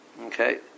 Okay